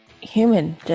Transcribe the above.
human